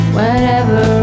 Whenever